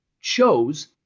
chose